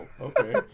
okay